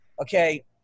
Okay